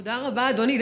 תודה רבה, אדוני.